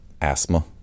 asthma